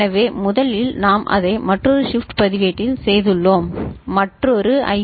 எனவே முதலில் நாம் அதை மற்றொரு ஷிப்ட் பதிவேட்டில் செய்துள்ளோம் மற்றொரு ஐ